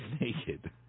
naked